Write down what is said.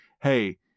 hey